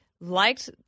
liked –